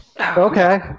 Okay